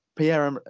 Pierre